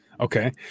Okay